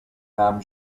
namen